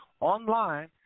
online